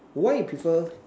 why you prefer